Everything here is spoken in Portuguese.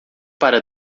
para